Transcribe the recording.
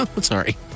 Sorry